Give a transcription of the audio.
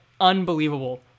unbelievable